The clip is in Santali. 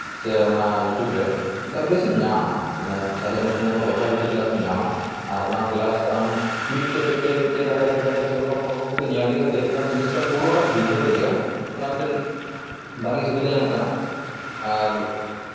ᱥᱮ ᱚᱱᱟ ᱤᱭᱩᱴᱩᱵᱽ ᱨᱮ ᱱᱮᱛᱟᱨ ᱵᱮᱥᱤᱢ ᱧᱟᱢᱟ ᱚᱱᱟ ᱥᱟᱡᱟᱱᱳ ᱜᱳᱪᱷᱟᱱᱳ ᱚᱫᱽᱫᱷᱟᱭ ᱵᱷᱤᱛᱛᱤᱠ ᱠᱞᱟᱥᱮᱢ ᱧᱟᱢᱟ ᱟᱨ ᱚᱱᱟ ᱠᱞᱟᱥ ᱟᱢ ᱢᱤᱫᱴᱮᱡ ᱢᱤᱫᱴᱮᱡ ᱫᱷᱟᱯᱮ ᱫᱷᱟᱯᱮ ᱫᱷᱟᱯᱮ ᱚᱱᱠᱟ ᱯᱚᱨᱵᱚ ᱠᱟᱛᱮ ᱧᱮᱞ ᱤᱫᱤ ᱠᱟᱛᱮᱫ ᱚᱱᱟ ᱡᱤᱱᱤᱥᱴᱟ ᱯᱩᱨᱟᱹᱴᱟᱢ ᱵᱩᱡᱷᱟᱹᱣ ᱫᱟᱲᱮᱭᱟᱜᱼᱟ ᱚᱱᱟ ᱢᱤᱫᱴᱮᱱ ᱵᱷᱟᱹᱜᱮ ᱥᱩᱵᱤᱫᱷᱟ ᱧᱟᱢᱚᱜ ᱠᱟᱱᱟ ᱟᱨ